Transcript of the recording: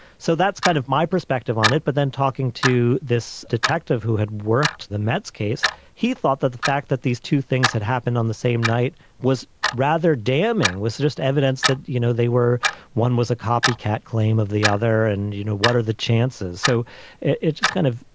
so that's kind of my perspective on it. but then talking to this detective who had worked then that's case he thought that the fact that these two things had happened on the same night was rather damning was the first evidence that, you know, they were one was a copycat claim of the other and, you know, what are the chances? so it it just kind of,